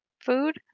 food